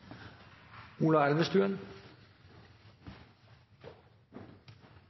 Ola Elvestuen